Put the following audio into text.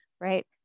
right